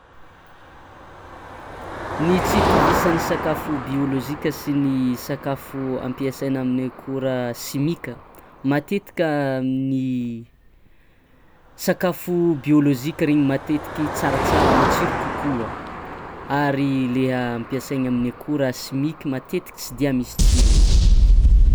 Ny tsy itovisan'ny sakafo biôlôjika amin'ny sakafo ampiasaina amin'ny akora simika matetika ny sakafo biôlôjika regny matetiky tsaratsara matsiro kokoa ary leha ampiasaigny amin'ny akora chimique matetiky tsy dia misy tsirony.